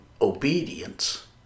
obedience